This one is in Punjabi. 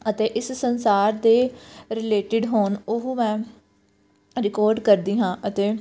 ਅਤੇ ਇਸ ਸੰਸਾਰ ਦੇ ਰਿਲੇਟਿਡ ਹੋਣ ਉਹ ਮੈਂ ਰਿਕਾਰਡ ਕਰਦੀ ਹਾਂ ਅਤੇ